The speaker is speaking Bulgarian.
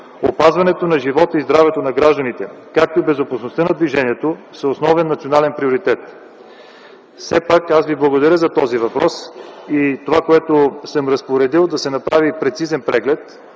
Опазването на живота и здравето на гражданите, както и безопасността на движението, са основен национален приоритет. Все пак аз Ви благодаря за този въпрос. Това, което съм разпоредил да се направи, е прецизен преглед